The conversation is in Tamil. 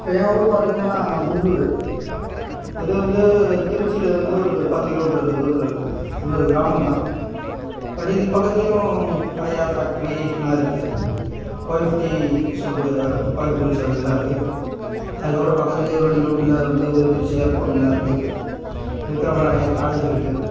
இப்போ ஏன் ஊர் பார்த்தீங்கன்னா குண்டூர் இது வந்து திருச்சியில் இருந்து ஒரு பத்து கிலோ மீட்டர் தூரத்தில் இருக்கு இது ஒரு கிராமம் தான் பட் இதுக்கு பக்கத்துலையும் நிறையா ஃபேக்ட்ரி எல்லாம் இருக்கு ஓஎஃப்டி சொல்லக் கூடிய துப்பாக்கி தொழிற்சாலை இங்கே தான் இருக்கு அதற்கப்பறம் பக்கத்துலயே ஒரு ரெண்டு கிலோ மீட்டரில் வந்து திருச்சி ஏர்போர்ட் இங்கே தான் இருக்கு அதற்கப்பறம் நிறையா காலேஜ் இருக்கு